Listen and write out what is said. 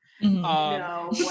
No